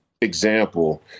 example